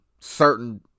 certain